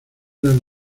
las